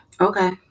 okay